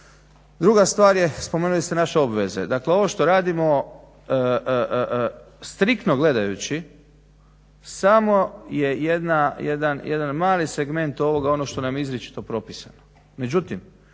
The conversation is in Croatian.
Druga stvar je, spomenuli ste naše obveze. Dakle ovo što radimo striktno gledajući samo je jedan mali segment ovoga ono što nam je izričito propisano.